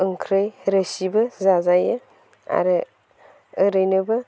ओंख्रि रोसिबो जाजायो आरो ओरैनोबो